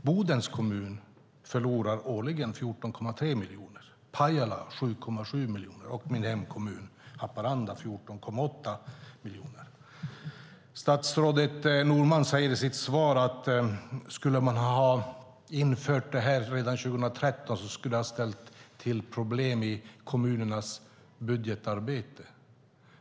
Bodens kommun förlorar årligen 14,3 miljoner, Pajala 7,7 miljoner och min hemkommun Haparanda 14,8 miljoner. Statsrådet Norman säger i sitt svar att det skulle ha ställt till problem i kommunernas budgetarbete om man hade infört detta system redan 2013.